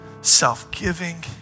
self-giving